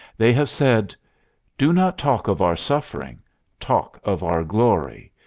they have said do not talk of our suffering talk of our glory.